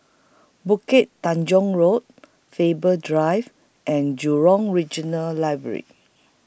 Bukit Tunggal Road Faber Drive and Jurong Regional Library